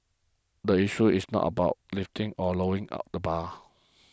the issue is not about lifting or lowering at the bar